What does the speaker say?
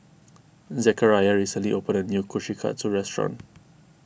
Zachariah recently opened a new Kushikatsu restaurant